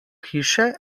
hiše